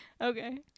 Okay